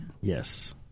Yes